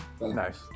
Nice